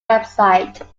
website